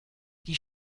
die